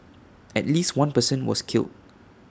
at least one person was killed